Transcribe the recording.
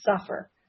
suffer